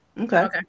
Okay